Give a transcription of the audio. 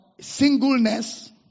singleness